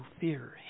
fear